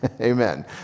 Amen